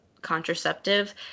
contraceptive